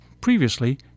Previously